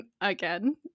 Again